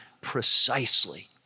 precisely